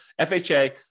FHA